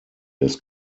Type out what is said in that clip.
des